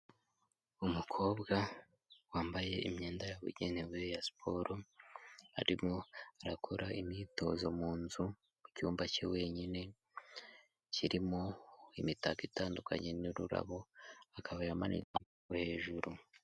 umukobwa wambaye imyenda yabugenewe ya siporo arimo arakora imyitozo mu nzu mucyumba cye wenyine kirimo imitako itandukanye nururabo akaba yamanitsejwe hejuru.